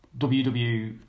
WW